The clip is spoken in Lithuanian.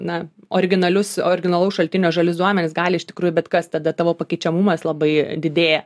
na originalius originalaus šaltinio žalius duomenis gali iš tikrųjų bet kas tada tavo pakeičiamumas labai didėja